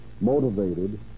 motivated